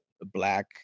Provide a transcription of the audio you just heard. black